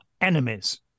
enemies